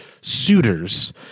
suitors